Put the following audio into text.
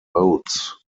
votes